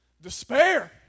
Despair